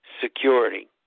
security